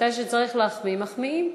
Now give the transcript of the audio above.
כשצריך להחמיא, מחמיאים.